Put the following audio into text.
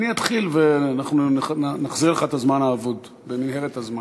אני אתחיל ונחזיר לך את הזמן האבוד במנהרת הזמן.